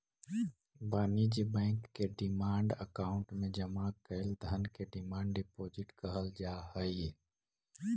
वाणिज्य बैंक के demand account में जमा कैल धन के डिमांड डिपॉजिट कहल जा हई